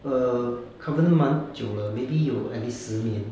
err 可能蛮久了: ke neng man jiu le maybe 有 at least 十年